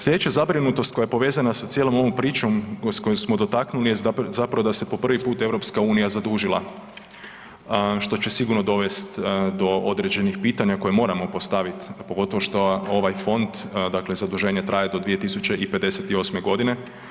Sljedeća zabrinutost koja je povezana s cijelom ovom pričom koju smo dotaknuli jest zapravo da se po prvi put EU zadužila što će sigurno dovesti do određenih pitanja koja moramo postaviti, a pogotovo što ovaj fond zaduženje traje do 2058. godine.